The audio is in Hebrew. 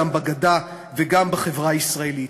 גם בגדה וגם בחברה הישראלית.